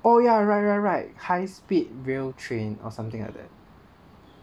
oh ya right right right high speed rail train or something like that